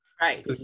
Right